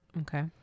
okay